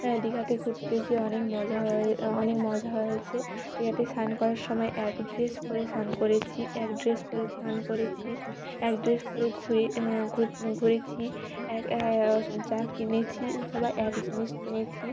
হ্যাঁ দীঘাতে ঘুরতে যেয়ে অনেক মজা হয় অনেক মজা হয়েছে ইয়েতে সান করার সময় এক ড্রেস পরে স্নান করেছি এক ড্রেস পরে স্নান করেছি এক ড্রেস পরে ঘুরে ঘুরেছি যা কিনেছি সবাই এক জিনিস কিনেছি